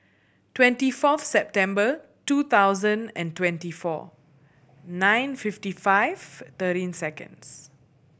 twenty fourth September two thousand and twenty four nine fifty five thirteen seconds